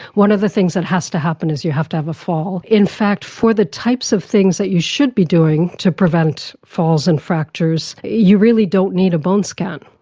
one of the things that has to happen is you have to have a fall. in fact for the types of things that you should be doing to prevent falls and fractures, you really don't need a bone scan.